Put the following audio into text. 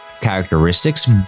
characteristics